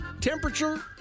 temperature